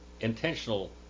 intentional